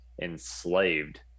enslaved